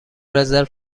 رزرو